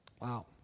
Wow